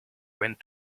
went